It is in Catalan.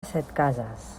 setcases